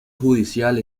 judicial